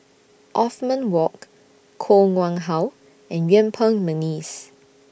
Othman Wok Koh Nguang How and Yuen Peng Mcneice